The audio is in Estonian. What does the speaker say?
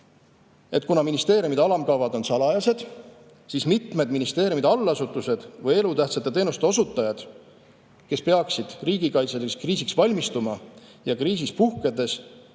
et kuna ministeeriumide alamkavad on salajased, siis mitmed ministeeriumide allasutused või elutähtsate teenuste osutajad, kes peaksid riigikaitseliseks kriisiks valmistuma ja kriisi puhkedes